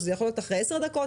שזה יכול להיות אחרי 10 דקות,